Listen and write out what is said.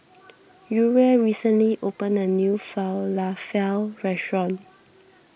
Uriel recently opened a new Falafel restaurant